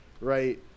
right